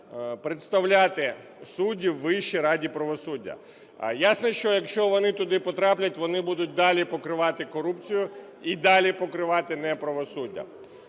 представляти суддів у Вищій раді правосуддя. Ясно, що якщо вони туди потраплять, вони будуть далі покривати корупцію і далі покривати неправосуддя.